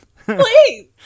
Please